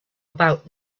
about